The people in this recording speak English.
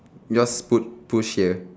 yours put push here